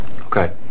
Okay